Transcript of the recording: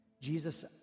Jesus